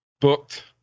booked